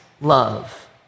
love